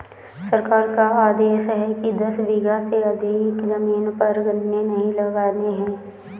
सरकार का आदेश है कि दस बीघा से अधिक जमीन पर गन्ने नही लगाने हैं